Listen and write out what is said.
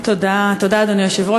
תודה, אדוני היושב-ראש.